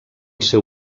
seu